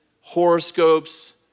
horoscopes